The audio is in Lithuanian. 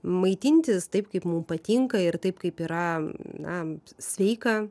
maitintis taip kaip mums patinka ir taip kaip yra na sveika